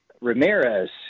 Ramirez